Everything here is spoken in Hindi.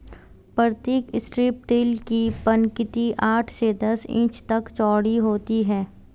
प्रतीक स्ट्रिप टिल की पंक्ति आठ से दस इंच तक चौड़ी होती है